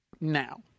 Now